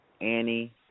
Annie